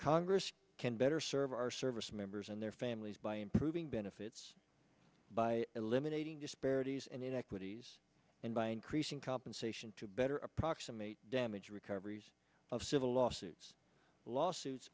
congress can better serve our service members and their families by improving benefits by eliminating disparities and inequities and by increasing compensation to better approximate damage recoveries of civil lawsuits lawsuits